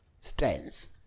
stands